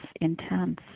intense